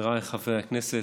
חבריי חברי הכנסת,